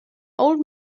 old